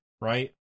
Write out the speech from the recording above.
right